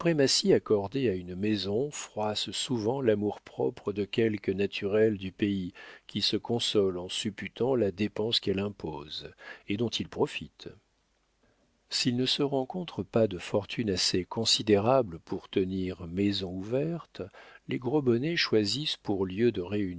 accordée à une maison froisse souvent l'amour-propre de quelques naturels du pays qui se consolent en supputant la dépense qu'elle impose et dont ils profitent s'il ne se rencontre pas de fortune assez considérable pour tenir maison ouverte les gros bonnets choisissent pour lieu de